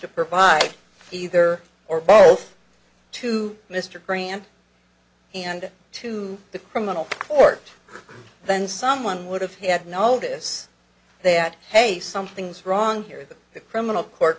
to provide either or both to mr graham and to the criminal court then someone would have had notice that hey something's wrong here that the criminal court